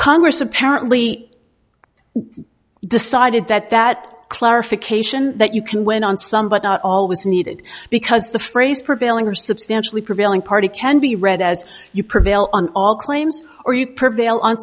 congress apparently decided that that clarification that you can win on some but not all was needed because the phrase prevailing or substantially prevailing party can be read as you prevail on all claims or you prevail